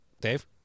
Dave